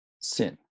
sin